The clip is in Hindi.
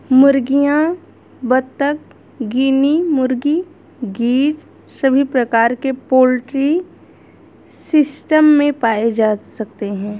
मुर्गियां, बत्तख, गिनी मुर्गी, गीज़ सभी प्रकार के पोल्ट्री सिस्टम में पाए जा सकते है